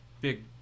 big